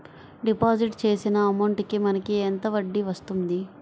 Deposit చేసిన amount కి మనకి ఎంత వడ్డీ వస్తుంది?